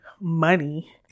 money